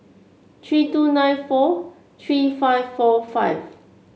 three two nine four three five four five